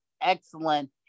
excellent